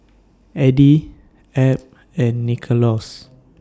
Addie Abb and Nicklaus